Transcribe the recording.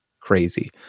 crazy